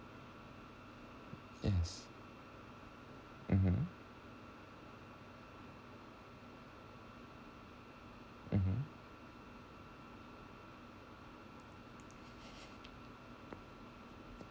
yes mmhmm